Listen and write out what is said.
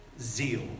zeal